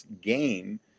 game